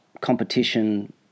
competition